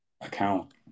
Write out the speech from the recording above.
account